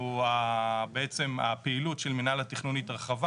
בעצם הפעילות של מינהל התכנון התרחבה